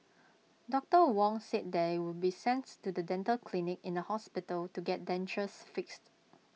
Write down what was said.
doctor Wong said they would be to the dental clinic in the hospital to get dentures fixed